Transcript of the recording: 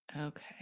okay